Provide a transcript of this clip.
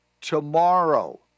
tomorrow